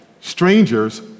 strangers